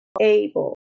able